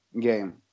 game